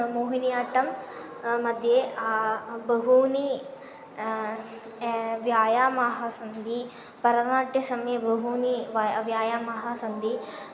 मोहिनि आट्टं मध्ये बहूनि व्यायामाः सन्ति परनाट्यसमये बहूनि वव् व्यायामाः सन्ति